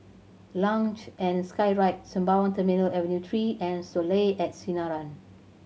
Luge and Skyride Sembawang Terminal Avenue Three and Soleil at Sinaran